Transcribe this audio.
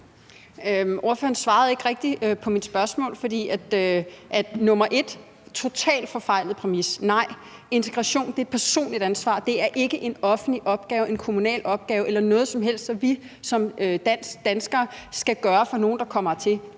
Ordføreren svarede ikke rigtig på mit spørgsmål. Det første er en totalt forfejlet præmis. Nej, integration er et personligt ansvar. Det er ikke en offentlig opgave, en kommunal opgave eller noget som helst, som vi som danskere skal gøre for nogen, der kommer hertil.